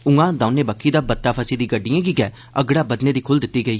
उआं दौने बक्खी दा बत्ता फसी दी गड्डिएं गी गै अगड़े बधने दी खुल्ल दित्ती गेई